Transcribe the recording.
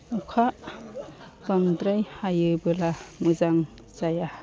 अखा बांद्राय हायोब्ला मोजां जाया